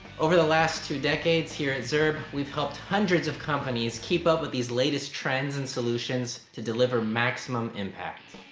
over the last two decades here at zurb we've helped hundreds of companies keep up with the latest trends and solutions to deliver maximum impact.